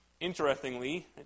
Interestingly